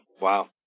Wow